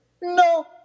no